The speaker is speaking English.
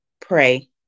pray